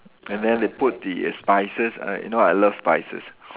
and then they put the spices uh you know I love spices